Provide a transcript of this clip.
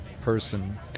person